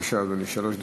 אדוני, שלוש דקות.